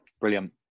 brilliant